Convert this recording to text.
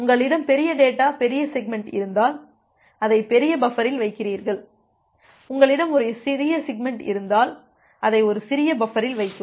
உங்களிடம் பெரிய டேட்டா பெரிய செக்மெண்ட் இருந்தால் அதை பெரிய பஃபரில் வைக்கிறீர்கள் உங்களிடம் ஒரு சிறிய செக்மெண்ட் இருந்தால் அதை ஒரு சிறிய பஃபரில் வைக்கவும்